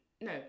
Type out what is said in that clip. No